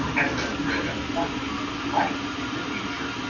has no dread of wanting life in the future.